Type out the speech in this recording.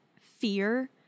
fear